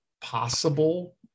possible